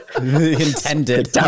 intended